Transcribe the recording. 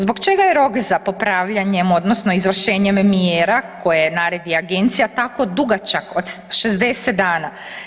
Zbog čega je rok za popravljanjem odnosno izvršenjem mjera koje naredi agencija tako dugačak od 60 dana?